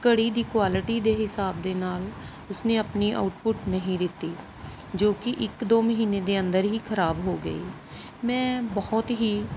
ਘੜੀ ਦੀ ਕੁਆਲਿਟੀ ਦੇ ਹਿਸਾਬ ਦੇ ਨਾਲ ਉਸਨੇ ਆਪਣੀ ਆਉਟਪੁੱਟ ਨਹੀਂ ਦਿੱਤੀ ਜੋ ਕਿ ਇੱਕ ਦੋ ਮਹੀਨੇ ਦੇ ਅੰਦਰ ਹੀ ਖਰਾਬ ਹੋ ਗਈ ਮੈਂ ਬਹੁਤ ਹੀ